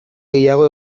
gehiago